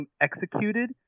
executed